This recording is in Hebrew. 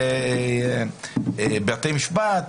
בתי משפט,